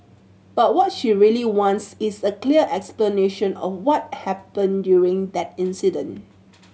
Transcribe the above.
but what she really wants is a clear explanation of what happened during that incident